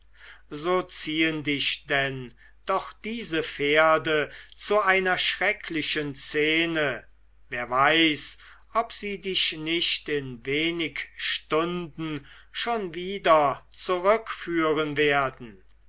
so ziehen dich denn doch diese pferde zu einer schrecklichen szene wer weiß ob sie dich nicht in wenig stunden schon wieder zurückführen werden